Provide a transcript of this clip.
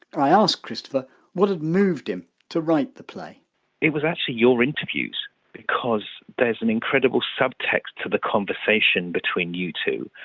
i asked christopher what had moved him to write the play hoggit was actually your interviews because there's an incredible sub-text to the conversation between you two,